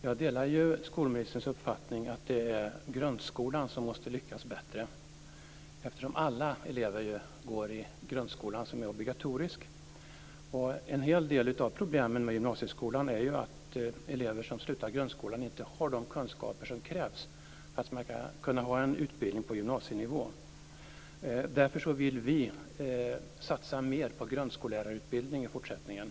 Fru talman! Jag delar skolministerns uppfattning att det är grundskolan som måste lyckas bättre, eftersom alla elever går i grundskolan, som är obligatorisk. En hel del av problemen med gymnasieskolan är ju att elever som slutar grundskolan inte har de kunskaper som krävs för att kunna få en utbildning på gymnasienivå. Därför vill vi satsa mer på grundskollärarutbildning i fortsättningen.